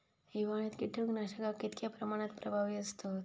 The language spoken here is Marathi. हिवाळ्यात कीटकनाशका कीतक्या प्रमाणात प्रभावी असतत?